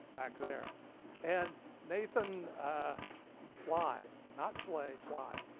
back there and nathan schley, not schlay, schley.